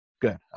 Good